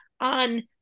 on